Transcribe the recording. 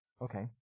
Okay